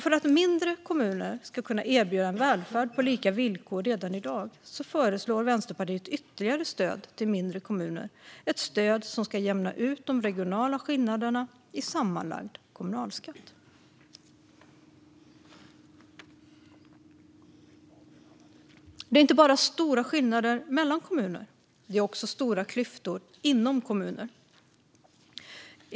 För att mindre kommuner ska kunna erbjuda en välfärd på lika villkor redan i dag föreslår Vänsterpartiet ytterligare stöd till mindre kommuner, ett stöd som ska jämna ut de regionala skillnaderna i sammanlagd kommunalskatt. Det är inte bara stora skillnader mellan kommuner; det är också stora klyftor inom kommuner.